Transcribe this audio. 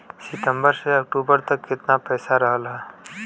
सितंबर से अक्टूबर तक कितना पैसा रहल ह?